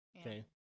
okay